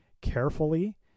carefully